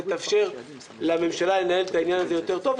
ותאפשר לממשלה לנהל את העניין הזה יותר טוב,